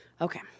Okay